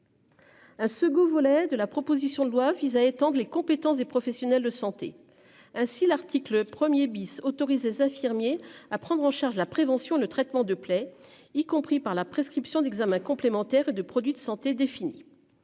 Un second volet de la proposition de loi vise à étendre les compétences des professionnels de santé. Ainsi l'article 1er bis autorisé infirmier à prendre en charge la prévention, le traitement de plaies y compris par la prescription d'examens complémentaires et de produits de santé défini.